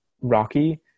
rocky